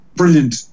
brilliant